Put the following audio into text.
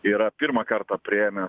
yra pirmą kartą priėmė